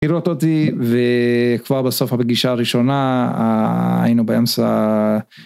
לראות אותי, וכבר בסוף הבגישה הראשונה היינו באמצע...